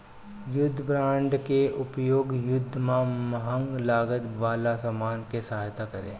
युद्ध बांड के उपयोग युद्ध में महंग लागत वाला सामान में सहायता करे